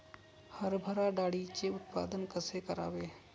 हरभरा डाळीचे उत्पादन कसे करावे?